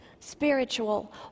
spiritual